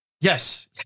Yes